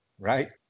right